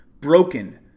broken